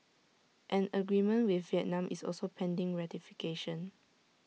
an agreement with Vietnam is also pending ratification